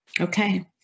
Okay